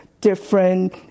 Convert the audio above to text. different